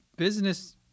Business